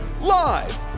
Live